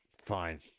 Fine